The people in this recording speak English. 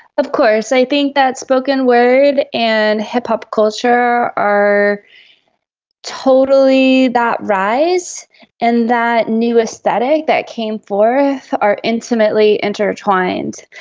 of course, i think that spoken word and hip-hop culture are totally that rise and that new aesthetic that came forth are intimately intertwined.